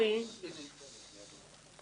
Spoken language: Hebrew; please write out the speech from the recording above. כשאני חושבת על מה בעצם רציתי,